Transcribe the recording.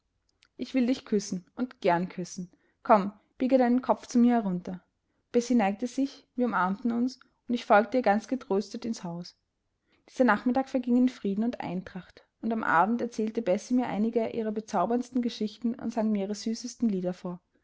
ich will dich küssen und gern küssen komm biege deinen kopf zu mir herunter bessie neigte sich wir umarmten uns und ich folgte ihr ganz getröstet ins haus dieser nachmittag verging in frieden und eintracht und am abend erzählte bessie mir einige ihrer bezauberndsten geschichten und sang mir ihre süßesten lieder vor